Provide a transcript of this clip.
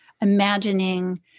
imagining